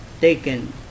taken